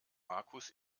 markus